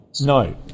No